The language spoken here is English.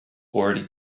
already